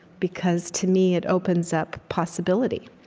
because to me, it opens up possibility.